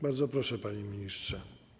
Bardzo proszę, panie ministrze.